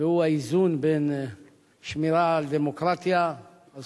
והוא האיזון בין שמירה על הדמוקרטיה ועל